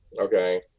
Okay